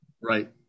right